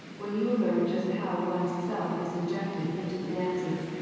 when you will learn just how one's self is injected into the dances,